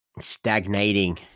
stagnating